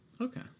Okay